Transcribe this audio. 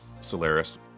solaris